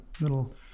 little